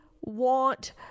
want